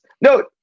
No